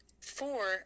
Four